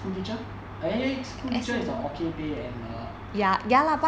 school teacher and anyway school teacher is the occupy and a